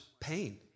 pain